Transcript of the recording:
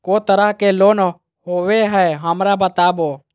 को तरह के लोन होवे हय, हमरा बताबो?